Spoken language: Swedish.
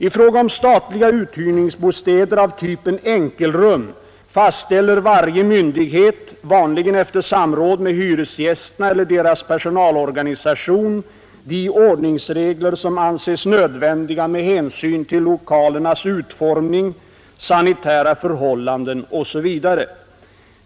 I fråga om statliga uthyrningsbostäder av typen enkelrum fastställer varje myndighet, vanligen efter samråd med hyresgästerna eller deras personalorganisation, de ordningsregler som anses nödvändiga med hänsyn till lokalernas utformning, sanitära förhållanden osv.